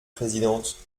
présidente